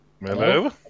hello